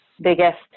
biggest